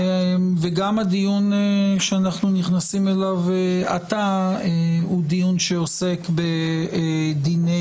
גם הדיון שאנחנו נכנסים אליו עתה עוסק בדיני